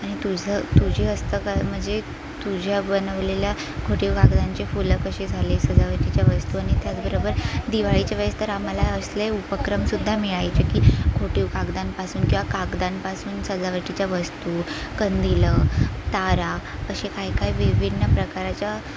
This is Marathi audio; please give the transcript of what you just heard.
आणि तुझं तुझे हस्तकं म्हणजे तुझ्या बनवलेल्या खोटीव कागदांचे फुलं कसे झाले सजावटीच्या वस्तू आणि त्याचबरोबर दिवाळीच्या वेळेस तर आम्हाला असले उपक्रम सुद्धा मिळायचे की घोटीव कागदांपासून किंवा कागदांपासून सजावटीच्या वस्तू कंदिल तारा असे काही काही विभिन्न प्रकाराच्या